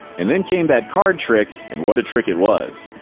and then came that card trick, and what a trick it was.